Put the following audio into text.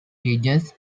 regions